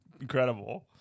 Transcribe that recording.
incredible